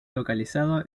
localizado